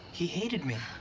he hated me.